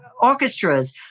orchestras